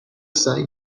سعی